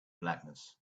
blackness